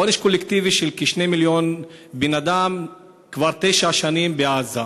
עונש קולקטיבי של כ-2 מיליון בני-אדם כבר תשע שנים בעזה.